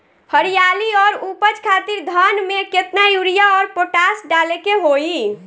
हरियाली और उपज खातिर धान में केतना यूरिया और पोटाश डाले के होई?